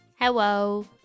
Hello